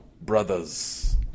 brothers